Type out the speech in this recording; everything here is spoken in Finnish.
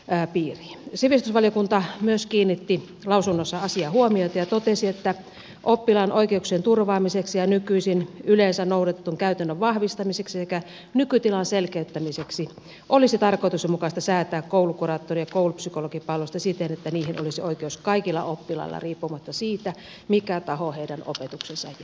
myös sivistysvaliokunta kiinnitti lausunnossaan asiaan huomiota ja totesi että oppilaan oikeuksien turvaamiseksi ja nykyisin yleensä noudatetun käytännön vahvistamiseksi sekä nykytilan selkeyttämiseksi olisi tarkoituksenmukaista säätää koulukuraattori ja koulupsykologipalveluista siten että niihin olisi oikeus kaikilla oppilailla riippumatta siitä mikä taho heidän opetuksensa järjestää